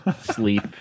sleep